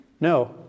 No